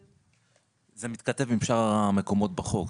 זה מתכתב עם שאר המקומות בחוק,